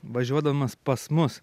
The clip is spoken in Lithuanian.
važiuodamas pas mus